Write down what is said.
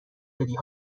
دادی